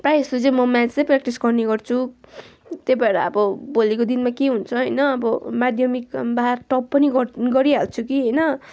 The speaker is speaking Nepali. प्रायः जस्तो चाहिँ म म्याथै प्र्याक्टिस गर्ने गर्छु त्यही भएर अब भोलिको दिनमा के हुन्छ होइन माध्यमिक भए टप पनि गरिहाल्छु कि होइन